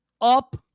Up